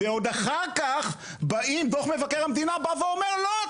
ועוד אחר כך דוח מבקר המדינה בא ואומר: לא,